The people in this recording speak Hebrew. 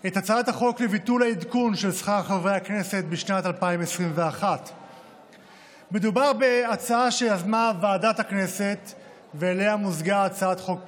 את הצעת החוק לביטול העדכון של שכר חברי הכנסת בשנת 2021. מדובר בהצעה שיזמה ועדת הכנסת ואליה מוזגה הצעת חוק פרטית.